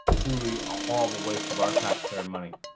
truly a horrible waste of our taxpayers money.